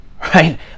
right